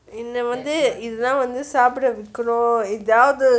என்ன வந்து இது தா வந்து சாப்ட வைக்கணும் எதாவது:enna vanthu ithu thaa vanthu saalda vaikanum ethavathu